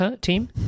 team